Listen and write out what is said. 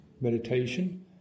meditation